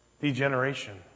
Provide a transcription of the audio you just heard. degeneration